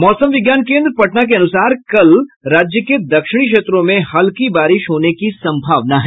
मौसम विज्ञान केन्द्र पटना के अनुसार कल राज्य के दक्षिणी क्षेत्रों में हल्की बारिश होने की सम्भावना है